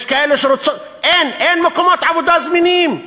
יש כאלה שרוצות, אין, אין מקומות עבודה זמינים.